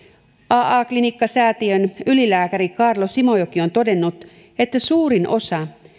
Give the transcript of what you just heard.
a klinikkasäätiön ylilääkäri kaarlo simojoki on todennut että suurin osa